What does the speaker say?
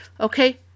Okay